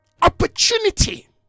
opportunity